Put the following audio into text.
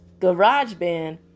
GarageBand